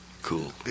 cool